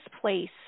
place